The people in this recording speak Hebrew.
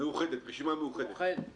רשימה מאוחדת.